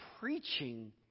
preaching